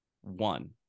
one